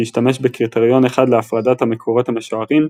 שהשתמש בקריטריון אחד להפרדת המקורות המשוערים,